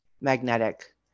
magnetic